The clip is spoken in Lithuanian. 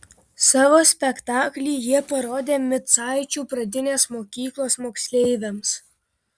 savo spektaklį jie parodė micaičių pradinės mokyklos moksleiviams